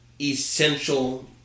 essential